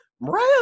Mariah